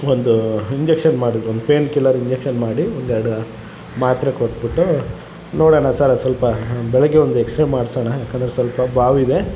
ಒಂದು ಇಂಜೆಕ್ಷನ್ ಮಾಡಿದ್ರು ಒಂದು ಪೇಯ್ನ್ ಕಿಲ್ಲರ್ ಇಂಜೆಕ್ಷನ್ ಮಾಡಿ ಒಂದೆರಡು ಮಾತ್ರೆ ಕೊಟ್ಬಿಟ್ಟು ನೋಡೋಣ ಸರ್ ಸ್ವಲ್ಪ ಬೆಳಗ್ಗೆ ಒಂದು ಎಕ್ಸ್ರೇ ಮಾಡ್ಸೋಣ ಯಾಕಂದರೆ ಸ್ವಲ್ಪ ಬಾವು ಇದೆ